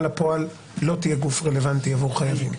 לפועל לא תהיה גוף רלוונטי עבור חייבים,